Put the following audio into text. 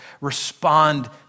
respond